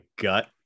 gut